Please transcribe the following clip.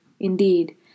Indeed